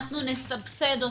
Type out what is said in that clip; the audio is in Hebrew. אנחנו נסבסד אותן,